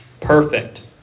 perfect